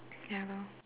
ya lor